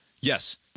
Yes